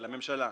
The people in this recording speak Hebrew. לממשלה.